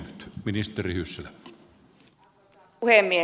arvoisa puhemies